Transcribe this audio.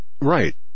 Right